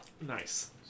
Nice